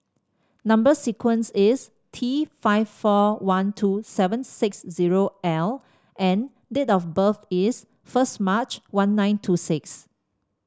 number sequence is T five four one two seven six zero L and date of birth is first March one nine two six